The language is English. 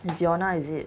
is yona is it